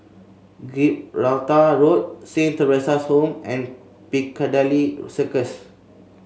Gibraltar Road Saint Theresa's Home and Piccadilly Circus